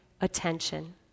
attention